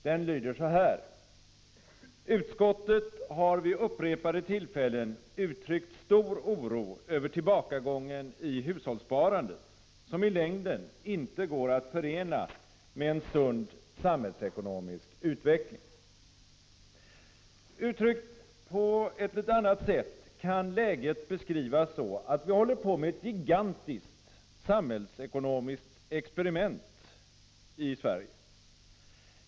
Den lyder så här: ”Utskottet har vid upprepade tillfällen uttryckt stor oro över tillbakagången i hushållssparandet, som i längden inte går att förena med en sund samhällsekonomisk utveckling.” Uttryckt på ett annat sätt kan läget beskrivas så att vi håller på med ett gigantiskt samhällsekonomiskt experiment i Sverige.